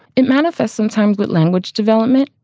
it manifests sometimes with language development.